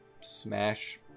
Smash